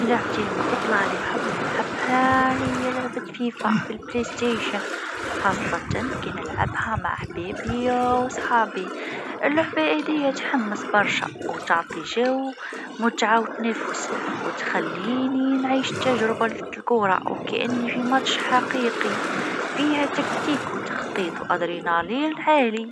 لعبتي المفضلة هي كرة القدم. نحبها لأنها تجمع الأصحاب وتعطي طاقة وحماس. اللعب في الفريق يخليك تحس بالروح الجماعية، وزيدا، الأهداف تفرحنا. كل مباراة تكون مليانة تحدي ومتعة.